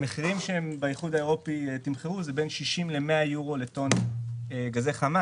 המחירים שהם תמחרו באיחוד האירופי הם בין 60 ל-100 יורו לטון גזי חממה.